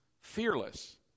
Fearless